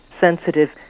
sensitive